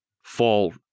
fall